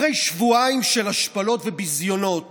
אחרי שבועיים של השפלות וביזיונות